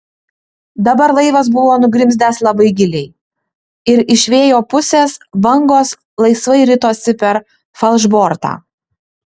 dabar laivas buvo nugrimzdęs labai giliai ir iš vėjo pusės bangos laisvai ritosi per falšbortą